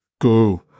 go